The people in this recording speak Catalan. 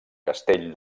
castell